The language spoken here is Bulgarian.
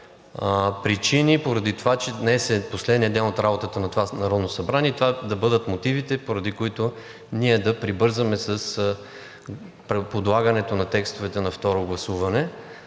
причини поради това, че днес е последният ден от работата на това Народно събрание – това да бъдат мотивите, поради които ние да прибързаме с подлагането на текстовете на второ гласуване.